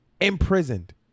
imprisoned